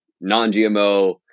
non-GMO